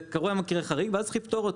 זה קורה מקרה חריג וצריך לפתור אותו,